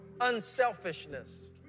unselfishness